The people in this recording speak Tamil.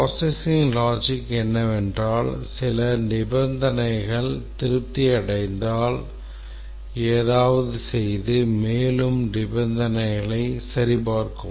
Processing logic என்னவென்றால் சில நிபந்தனைகள் திருப்தி அடைந்தால் ஏதாவது செய்து மேலும் நிபந்தனைகளை சரிபார்க்கவும்